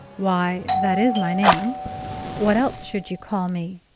why, that is my name what else should you call me?